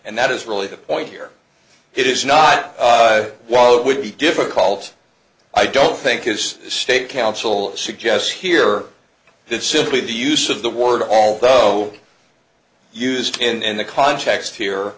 and that is really the point here it is not why it would be difficult i don't think his state counsel suggests here that simply the use of the word although used and the context here